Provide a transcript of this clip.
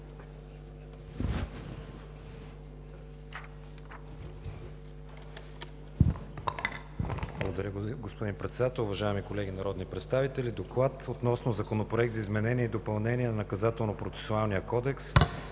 Благодаря Ви, господин Председател. Уважаеми колеги народни представители! „ДОКЛАД относно Законопроект за изменение и допълнение на Наказателно-процесуалния кодекс,